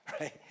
right